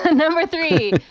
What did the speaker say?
ah number three,